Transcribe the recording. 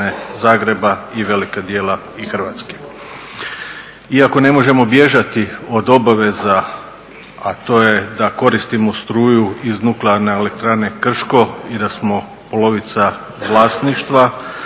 Zagreba i velikog dijela i Hrvatske. Iako ne možemo bježati od obaveza, a to je da koristimo struju iz nuklearne elektrane Krško i da smo polovica vlasništva,